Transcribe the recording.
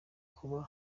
kuba